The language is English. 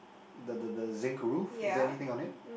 the the the zinc roof is there anything on it